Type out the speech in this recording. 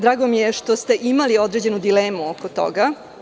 Drago mi je što ste imali određenu dilemu oko toga.